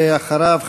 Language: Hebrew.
ואחריו,